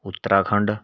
Uttarakhand